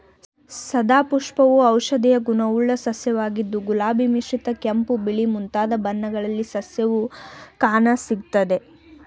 ಸದಾಪುಷ್ಪವು ಔಷಧೀಯ ಗುಣವುಳ್ಳ ಸಸ್ಯವಾಗಿದ್ದು ಗುಲಾಬಿ ಮಿಶ್ರಿತ ಕೆಂಪು ಬಿಳಿ ಮುಂತಾದ ಬಣ್ಣಗಳಲ್ಲಿ ಸಸ್ಯವು ಕಾಣಸಿಗ್ತದೆ